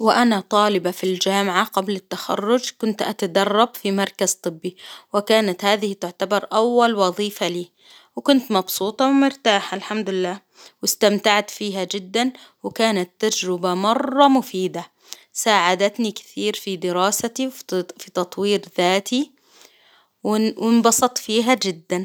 وأنا طالبة في الجامعة قبل التخرج كنت أتدرب في مركز طبي، وكانت هذه تعتبر أول وظيفة لي، وكنت مبسوطة ومرتاحة الحمد لله، واستمتعت فيها جدا، وكانت تجربة مرة مفيدة، ساعدتني كثير في دراستي، وفي تطوير ذاتي، وانبسطت فيها جدا.